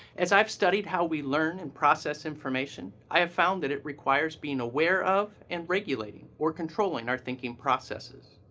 as i have studied how we learn and process information i have found that it requires being aware of and regulating, or controlling, our thinking processes.